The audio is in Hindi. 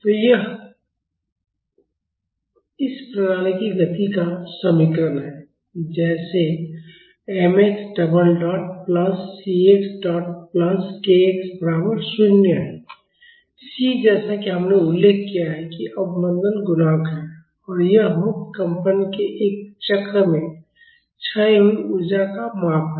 तो यह इस प्रणाली की गति का समीकरण है जैसे mx double dot plus cx dot plus kx बराबर 0 है c जैसा कि हमने उल्लेख किया है कि अवमंदन गुणांक है और यह मुक्त कंपन के एक चक्र में क्षय हुई ऊर्जा का माप है